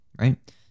right